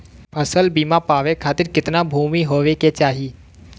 फ़सल बीमा पावे खाती कितना भूमि होवे के चाही?